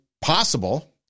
possible